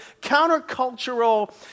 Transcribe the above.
countercultural